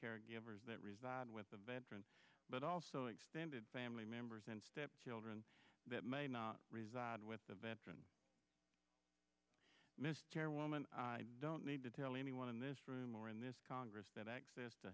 caregivers that reside with the veteran but also extended family members and stepchildren that may not reside with the veteran missed chairwoman i don't need to tell anyone in this room or in this congress that access to